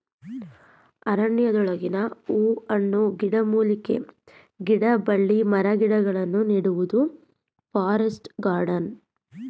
ಅರಣ್ಯದೊಳಗೆ ಹೂ ಹಣ್ಣು, ಗಿಡಮೂಲಿಕೆ, ಗಿಡಬಳ್ಳಿ ಮರಗಿಡಗಳನ್ನು ನೆಡುವುದೇ ಫಾರೆಸ್ಟ್ ಗಾರ್ಡನ್